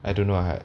I don't know I had